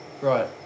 Right